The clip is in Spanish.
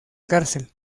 cárcel